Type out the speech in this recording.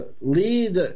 lead